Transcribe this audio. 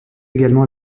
également